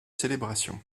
célébration